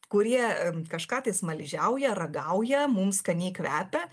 kurie kažką tai smaližiauja ragauja mum skaniai kvepia